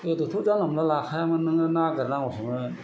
गोदोथ' जानला मानला लाखायामोन नोङो नागेरनांगौसोमोन